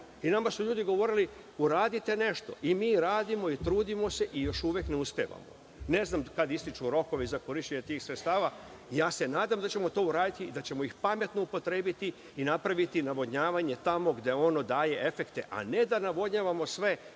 nama su ljudi govorili - uradite nešto, i mi radimo, trudimo se i još uvek ne uspevamo. Ne znam kad ističu rokovi za korišćenje tih sredstava. Ja se nadam da ćemo to uraditi, da ćemo ih pametno upotrebiti i napraviti navodnjavanje tamo gde ono daje efekte, a ne da navodnjavamo sve